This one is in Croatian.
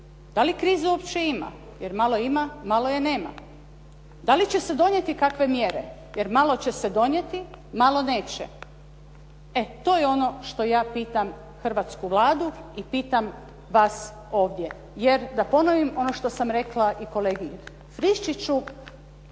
Da li krize uopće ima? Jel malo ima, malo je nema. Da li će se donijeti kakve mjere, jel malo će se donijeti, malo neće? E to je ono što ja pitam hrvatsku Vladu i pitam vas ovdje. Jer da ponovim ono što sam rekla i kolegi Friščiću,